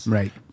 right